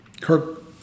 Kirk